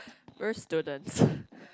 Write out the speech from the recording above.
we're students